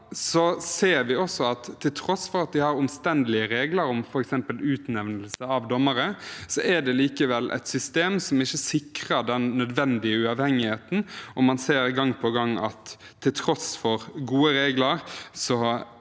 ser vi at det, til tross for at de har omstendelige regler om f.eks. utnevnelse av dommere, likevel er et system som ikke sikrer den nødvendige uavhengigheten. Og man ser gang på gang at man til tross for gode regler